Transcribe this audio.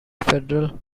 federal